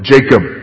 Jacob